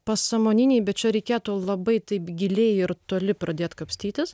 pasąmoniniai bet čia reikėtų labai taip giliai ir toli pradėt kapstytis